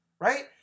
right